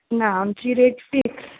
ना आमची rate fix